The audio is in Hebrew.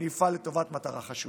אפעל לטובת המטרה החשובה.